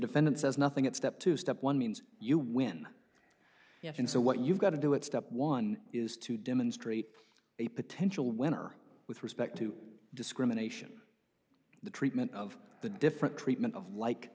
defendant says nothing at step two step one means you win yes and so what you've got to do it step one is to demonstrate a potential winner with respect to discrimination the treatment of the different treatment of like